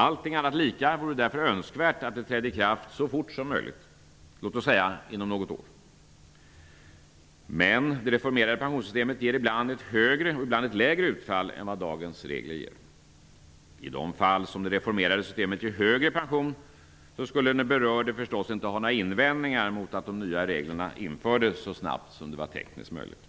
Allting annat lika vore det därför önskvärt att det trädde i kraft så fort som möjligt, låt oss säga inom något år. Men det reformerade pensionssystemet ger ibland ett högre och ibland ett lägre utfall än vad dagens regler ger. I de fall som det reformerade systemet ger högre pension skulle den berörde förstås inte ha några invändningar mot att de nya reglerna infördes så snart som det var tekniskt möjligt.